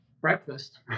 breakfast